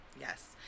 Yes